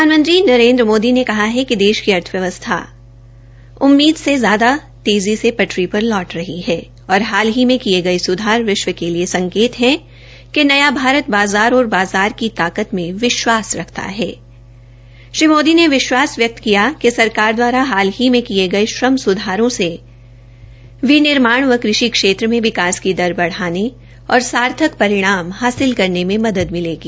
प्रधानमंत्री नरेन्द्र मोदी ने कहा है कि देश की अर्थव्यवस्था उममीद से ज्यादा तेज़ी से पटरी पर लौट रही है और हाल ही में किये गये सुधार विश्व के लिए संकेत है कि नया भारत बाज़ार और बाज़ार की ताकत पर विश्वास व्यक्त किया कि सरकार द्वारा हाल ही में किये गये श्रम सुधारों से निनिर्माण व कृषि क्षेत्र में विकास की दर बढ़ाने और परिणाम हासिल करने में मदद मिलेगी